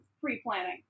pre-planning